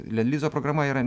lendlizo programa yra